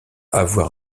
avoir